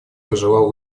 пожелал